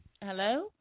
Hello